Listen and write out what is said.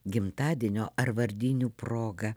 gimtadienio ar vardinių proga